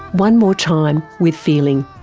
one more time with feeling.